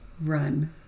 Run